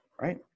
right